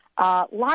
Lots